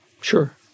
Sure